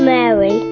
Mary